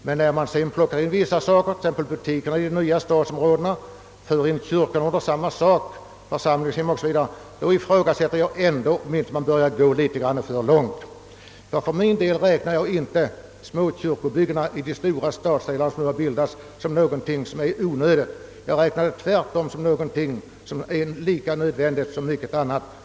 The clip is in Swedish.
Men när man tar med t.ex. butikerna i de nya stadsområdena, kyrkor, församlingshem o. s. v., ifrågasätter jag om man inte börjar gå litet för långt. För min del räknar jag inte småkyrkobyggena i de stora stadsdelar som nu bildats såsom någonting onödigt. Jag anser tvärtom att de är lika nödvändiga som mycket annat.